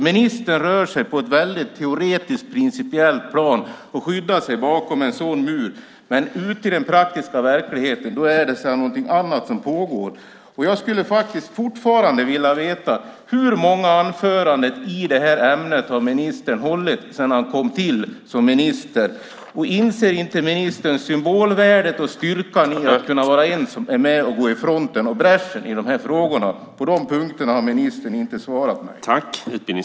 Ministern rör sig på ett väldigt teoretiskt principiellt plan och skyddar sig bakom en sådan mur. Men ute i den praktiska verkligheten är det någonting annat som pågår. Jag skulle faktiskt fortfarande vilja veta: Hur många anföranden i det här ämnet har ministern hållit sedan han kom till som minister? Inser inte ministern symbolvärdet och styrkan i att kunna vara en som är med och går i fronten och i bräschen i de här frågorna? På de punkterna har ministern inte svarat mig.